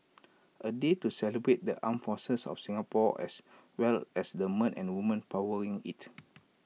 A day to celebrate the armed forces of Singapore as well as the men and women powering IT